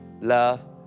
love